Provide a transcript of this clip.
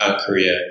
Korea